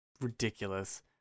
ridiculous